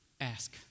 ask